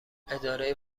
اداره